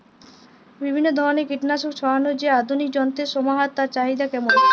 বিভিন্ন ধরনের কীটনাশক ছড়ানোর যে আধুনিক যন্ত্রের সমাহার তার চাহিদা কেমন?